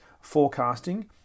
forecasting